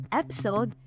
episode